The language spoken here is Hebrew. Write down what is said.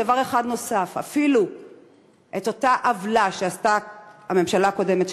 דבר אחד נוסף: אפילו אותה עוולה שעשתה הממשלה הקודמת,